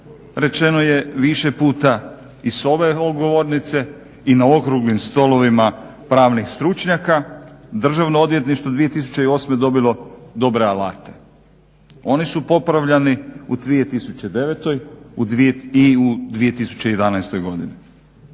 rečeno je više puta i s ove govornice i na okruglim stolovima pravnih stručnjaka, Državno odvjetništvo 2008. dobilo dobre alate. Oni su popravljani u 2009. i u 2011. godini.